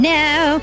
now